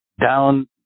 down